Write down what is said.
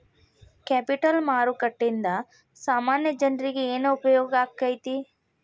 Capital ಮಾರುಕಟ್ಟೇಂದಾ ಸಾಮಾನ್ಯ ಜನ್ರೇಗೆ ಏನ್ ಉಪ್ಯೊಗಾಕ್ಕೇತಿ?